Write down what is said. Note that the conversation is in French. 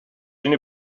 une